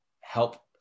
help